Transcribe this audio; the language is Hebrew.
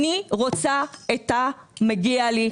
אני רוצה את המגיע לי.